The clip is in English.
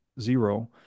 zero